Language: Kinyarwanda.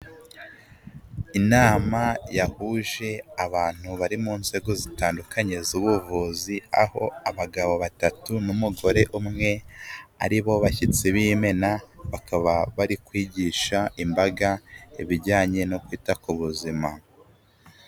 Inama yahuje abantu bari mu nzego zitandukanye z'ubuvuzi, aho abagabo batatu n'umugore umwe, ari bo bashyitsi b'imena. Bakaba bari kwigisha imbaga ibijyanye no kwita ku buzima.